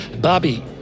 Bobby